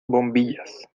bombillas